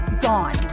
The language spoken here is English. gone